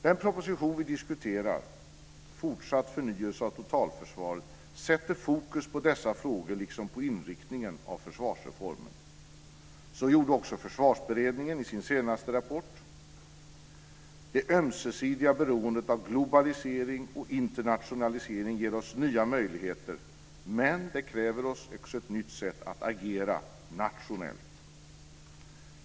Den proposition som vi diskuterar, Fortsatt förnyelse av totalförsvaret, sätter fokus på dessa frågor liksom på inriktningen av försvarsreformen. Så gjorde också Försvarsberedningen i sin senaste rapport. Det ömsesidiga beroendet av globalisering och internationalisering ger oss nya möjligheter, men det kräver oss också på ett nytt sätt att agera nationellt.